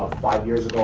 five years